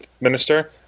minister